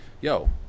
yo